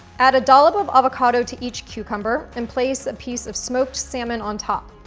add a dollop of avocado to each cucumber and place a piece of smoked salmon on top.